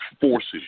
forces